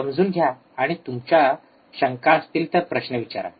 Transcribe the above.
समजून घ्या आणि मग तुमच्या शंका असतील तर प्रश्न विचारा